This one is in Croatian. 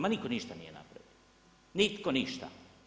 Ma nitko ništa nije napravio, nitko ništa.